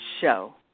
show